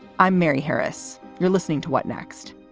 i'm mary harris. you're listening to what next.